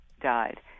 died